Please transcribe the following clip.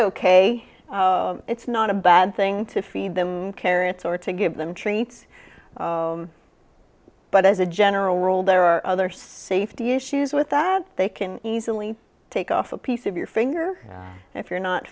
ok it's not a bad thing to feed them carrots or to give them treats but as a general rule there are other safety issues with that they can easily take off a piece of your finger if you're not